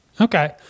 Okay